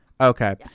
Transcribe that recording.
Okay